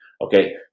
okay